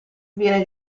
viene